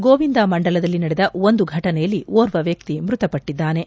ಗೋವಿಂದ ಮಂಡಲದಲ್ಲಿ ನಡೆದ ಒಂದು ಘಟನೆಯಲ್ಲಿ ಓರ್ವ ವ್ಯಕ್ತಿ ಮೃತಪಟ್ಟದ್ದಾನೆ